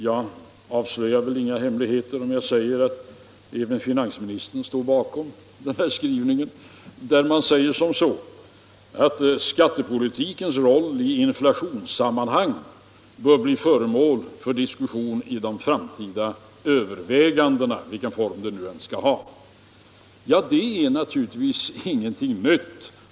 Jag avslöjar väl ingen hemlighet om jag säger att även finansministern står bakom skrivningen att skattepolitikens roll i inflationssammanhang bör bli föremål för diskussion i de framtida övervägandena — vilken form dessa nu än får. Det är naturligtvis inget nytt.